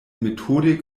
methodik